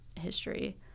history